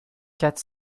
quatre